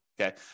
Okay